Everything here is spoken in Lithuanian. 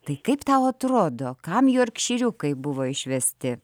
tai kaip tau atrodo kam jorkšyriukai buvo išvesti